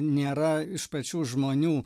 nėra iš pačių žmonių